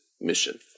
mission